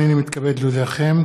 הינני מתכבד להודיעכם,